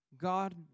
God